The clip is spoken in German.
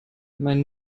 mein